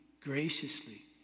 graciously